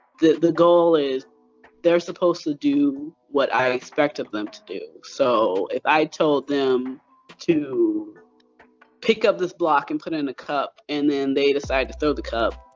the the goal is they're supposed to do what i expect of them to do. so, if i told them to pick up this block and put it in a cup and then they decide to throw the cup,